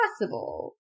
possible